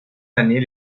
années